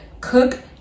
cook